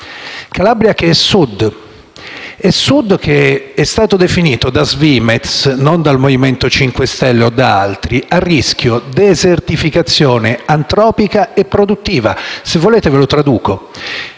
Calabria che è Sud, un Sud che è stato definito da Svimez, non dal MoVimento 5 Stelle o da altri, a rischio desertificazione antropica e produttiva. Se volete ve lo traduco: